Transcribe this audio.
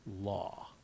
law